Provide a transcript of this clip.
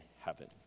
heaven